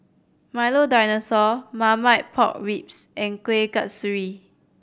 Milo Dinosaur Marmite Pork Ribs and Kuih Kasturi